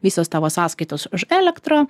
visos tavo sąskaitos už elektrą